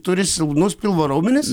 turi silpnus pilvo raumenis